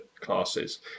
classes